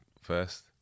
first